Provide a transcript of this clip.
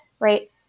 right